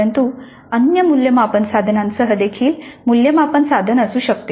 परंतु अन्य मूल्यमापन साधनांसह देखील मूल्यमापन साधन असू शकते